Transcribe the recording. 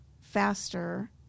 faster